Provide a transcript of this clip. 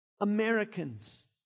Americans